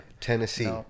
Tennessee